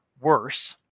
worse